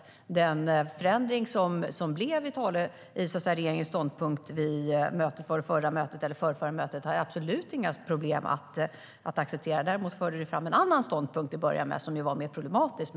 Den förändring som blev i regeringens ståndpunkt vid förra eller förrförra mötet har jag absolut inga problem att acceptera. Däremot förde du till att börja med fram en annan ståndpunkt som var mer problematisk.